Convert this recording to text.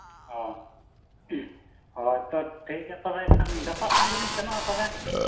ᱦᱮᱸ ᱦᱳᱭ ᱛᱚ ᱴᱷᱤᱠ ᱜᱮᱭᱟ ᱛᱚᱵᱮ ᱮᱱᱠᱷᱟᱱ ᱜᱟᱯᱟ ᱥᱮᱱᱜᱮᱞᱤᱧ ᱥᱮᱱᱚᱜᱼᱟ ᱛᱚᱵᱮ